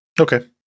Okay